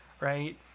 right